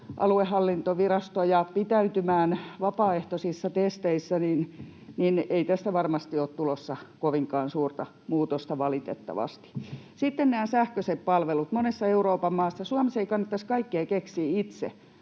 aluehallintovirastoja pitäytymään vapaaehtoisissa testeissä, niin ei tässä varmasti ole tulossa kovinkaan suurta muutosta valitettavasti. Sitten nämä sähköiset palvelut: Suomessa ei kannattaisi kaikkea keksiä itse